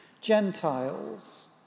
Gentiles